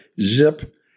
zip